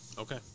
Okay